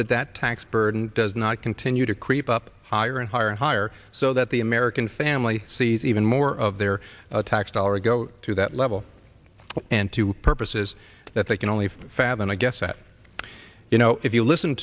that that tax burden does not continue to creep up higher and higher and higher so that the american family sees even more of their tax dollars go to that level and to purposes that they can only fathom i guess that you know if you listen